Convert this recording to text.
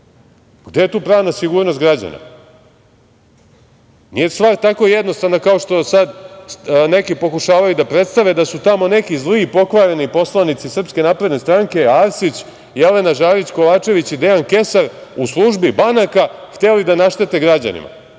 Gde je tu pravna sigurnost građana? Nije stvar tako jednostavna kao što sad neki pokušavaju da predstave da su tamo neki zli pokvareni poslanici SNS Arsić, Jelena Žarić Kovačević i Dejan Kesar u službi banaka hteli da naštete građanima.